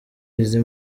izi